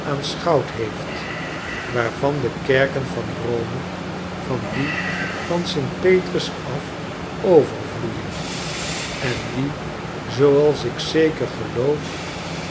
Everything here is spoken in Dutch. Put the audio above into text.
aanschouwd heeft waarvan de kerken van rome van die van st petrus af overvloeien en die zooals ik zeker geloof